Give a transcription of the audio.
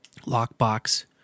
lockbox